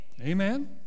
Amen